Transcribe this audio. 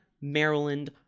Maryland